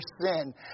sin